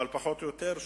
אבל פחות או יותר,